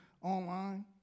online